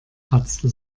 kratzte